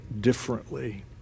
differently